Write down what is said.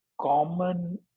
common